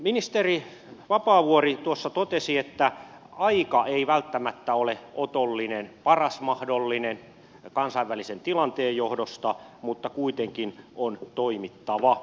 ministeri vapaavuori tuossa totesi että aika ei välttämättä ole otollinen paras mahdollinen kansainvälisen tilanteen johdosta mutta kuitenkin on toimittava